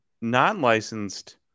non-licensed